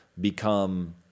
become